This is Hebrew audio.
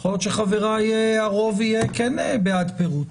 יכול להיות שרוב חבריי יהיו בעד פירוט.